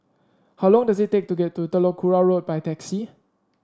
how long does it take to get to Telok Kurau Road by taxi